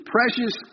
Precious